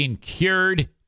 cured